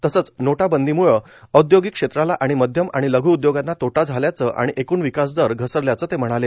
तसंच नोटाबंदीमुळे औद्योगिक क्षेत्राला आणि मध्यम आणि लघ् उद्योगांना तोटा झाल्याचं आणि एक्ण विकासदर घसरल्याचं ते म्हणाले